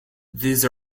these